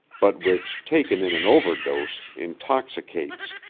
but which taken in an overdose intoxicates.